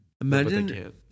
Imagine